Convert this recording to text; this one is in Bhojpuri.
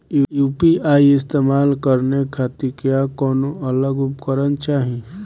यू.पी.आई इस्तेमाल करने खातिर क्या कौनो अलग उपकरण चाहीं?